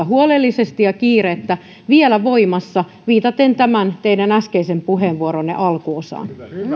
huolellisesti ja kiireettä vielä voimassa viitaten tämän teidän äskeisen puheenvuoronne alkuosaan